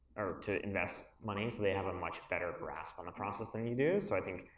to invest money so they have a much better grasp on the process than you do, so i think,